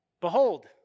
Behold